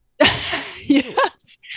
Yes